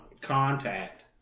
contact